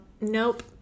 nope